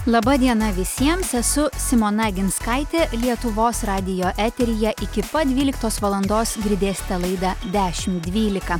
laba diena visiems esu simona aginskaitė lietuvos radijo eteryje iki pat dvyliktos valandos girdėsite laidą dešimt dvylika